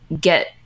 get